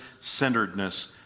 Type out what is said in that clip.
centeredness